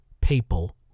Papal